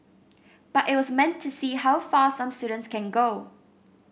but it was meant to see how far some students can go